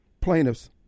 plaintiffs